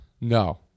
No